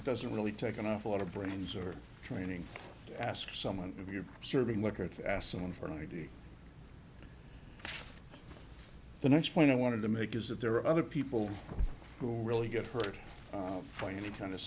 it doesn't really take an awful lot of brains or training to ask someone if you're serving liquor to ask someone for an id the next point i wanted to make is that there are other people who'll really get hurt for any kind of